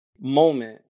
moment